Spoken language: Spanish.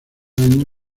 años